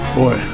Boy